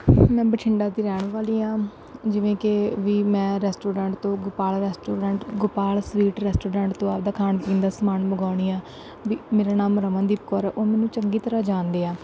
ਮੈਂ ਬਠਿੰਡਾ ਦੀ ਰਹਿਣ ਵਾਲੀ ਹਾਂ ਜਿਵੇਂ ਕਿ ਵੀ ਮੈਂ ਰੈਸਟੋਰੈਂਟ ਤੋਂ Gopal restaurant Gopal sweet restaurant ਤੋਂ ਆਪਦਾ ਖਾਣ ਪੀਣ ਦਾ ਸਮਾਨ ਮੰਗਵਾਉਂਦੀ ਹਾਂ ਵੀ ਮੇਰਾ ਨਾਮ ਰਮਨਦੀਪ ਕੌਰ ਉਹ ਮੈਨੂੰ ਚੰਗੀ ਤਰ੍ਹਾਂ ਜਾਣਦੇ ਆ